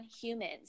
humans